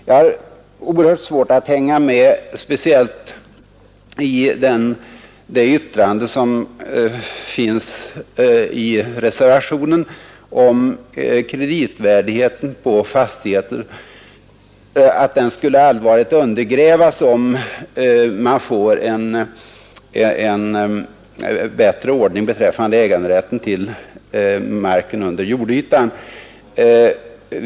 Jag har svårt att hänga med speciellt i det yttrande som finns i reservationen om att kreditvärdet hos fastigheter skulle allvarligt undergrävas om man får en bättre ordning beträffande äganderätten till marken under jordytan.